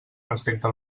respecte